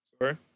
Sorry